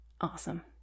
awesome